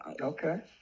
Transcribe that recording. Okay